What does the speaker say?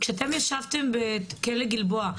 שאתן ישבתן בכלא גלבוע,